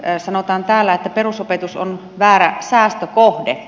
täällä sanotaan että perusopetus on väärä säästökohde